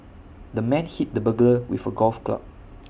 the man hit the burglar with A golf club